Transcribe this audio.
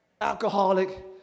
Alcoholic